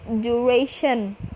duration